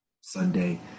Sunday